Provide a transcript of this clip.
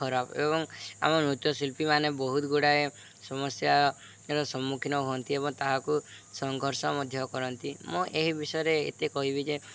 ଖରାପ ଏବଂ ଆମ ନୃତ୍ୟଶିଳ୍ପୀ ମାନେ ବହୁତ ଗୁଡ଼ାଏ ସମସ୍ୟାର ସମ୍ମୁଖୀନ ହୁଅନ୍ତି ଏବଂ ତାହାକୁ ସଂଘର୍ଷ ମଧ୍ୟ କରନ୍ତି ମୁଁ ଏହି ବିଷୟରେ ଏତେ କହିବି ଯେ